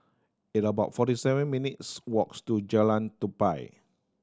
it about forty seven minutes' walks to Jalan Tupai